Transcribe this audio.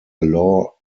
law